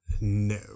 No